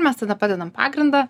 mes tada padedam pagrindą